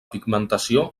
pigmentació